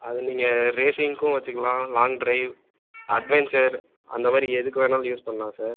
அது நீங்கள் ரேஸிங்கும் வச்சுக்கலாம் லாங் ட்ரைவ் அட்வன்ச்சர் அந்த மாதிரி எதுக்கு வேணாலும் யூஸ் பண்ணலாம் சார்